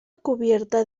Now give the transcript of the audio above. cubierta